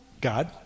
God